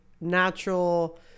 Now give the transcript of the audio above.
natural